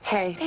Hey